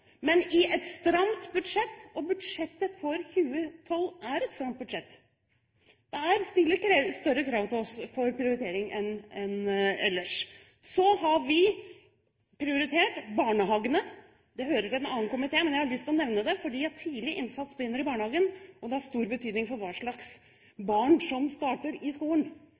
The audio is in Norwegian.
Men i et stramt budsjett – og budsjettet for 2012 er et stramt budsjett og stiller større krav til oss om prioritering enn ellers – har vi prioritert barnehagene. Det hører til en annen komité, men jeg har lyst til å nevne det fordi tidlig innsats begynner i barnehagen og har stor betydning for hva slags barn som starter på skolen.